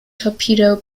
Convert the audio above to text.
torpedo